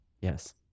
Yes